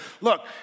look